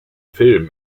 film